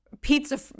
Pizza